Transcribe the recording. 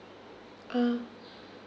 ah